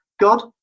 God